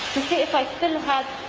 see if i still had,